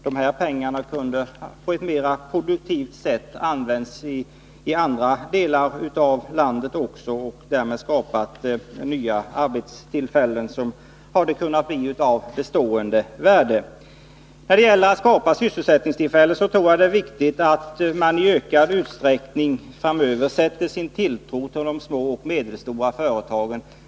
Dessa pengar kunde på ett mera produktivt sätt ha använts i andra delar av landet för att skapa nya arbetstillfällen som hade kunnat bli av bestående värde. När det gäller att skapa sysselsättningstillfällen tror jag att det är viktigt att vi framöver i ökad utsträckning sätter vår tilltro till de små och medelstora företagen.